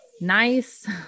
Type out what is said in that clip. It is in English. nice